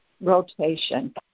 rotation